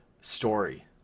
story